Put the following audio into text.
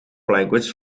language